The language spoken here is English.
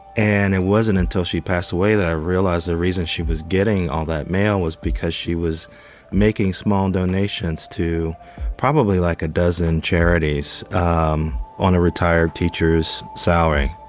and it wasn't until she passed away that i realized the reason she was getting all that mail was because she was making small donations to probably, like, a dozen charities on a retired teacher's salary.